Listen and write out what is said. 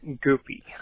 Goofy